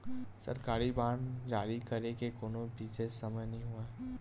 सरकारी बांड जारी करे के कोनो बिसेस समय नइ होवय